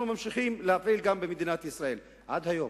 אנחנו ממשיכים להפעיל במדינת ישראל עד היום.